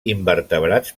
invertebrats